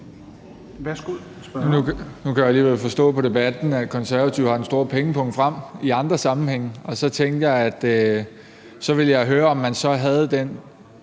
Værsgo,